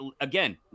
again